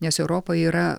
nes europa yra